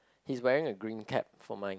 he's wearing a green cap for mine